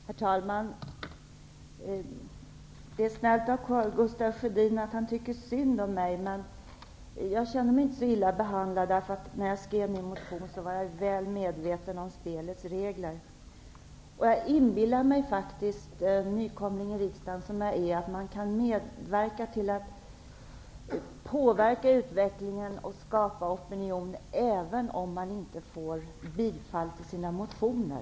Herr talman! Det är snällt av Karl Gustaf Sjödin att han tycker synd om mig. Men jag känner mig inte så illa behandlad eftersom jag när jag skrev min motion var väl medveten om spelets regler. Nykomling i riksdagen som jag är inbillade jag mig faktiskt att man kan påverka utvecklingen och skapa opinion även om man inte får bifall till sina motioner.